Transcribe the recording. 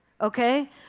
Okay